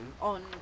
on